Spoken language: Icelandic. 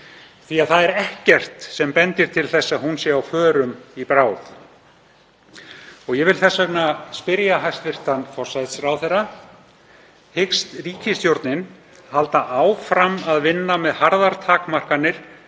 því að það er ekkert sem bendir til þess að hún sé á förum í bráð. Ég vil þess vegna spyrja hæstv. forsætisráðherra: Hyggst ríkisstjórnin halda áfram að vinna með harðar takmarkanir